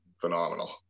phenomenal